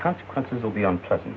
consequences will be unpleasant